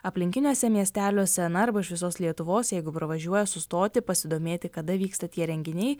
aplinkiniuose miesteliuose na arba iš visos lietuvos jeigu pravažiuoja sustoti pasidomėti kada vyksta tie renginiai